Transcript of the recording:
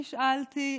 נשאלתי,